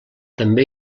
també